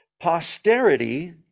Posterity